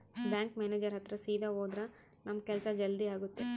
bank manager ಹತ್ರ ಸೀದಾ ಹೋದ್ರ ನಮ್ ಕೆಲ್ಸ ಜಲ್ದಿ ಆಗುತ್ತೆ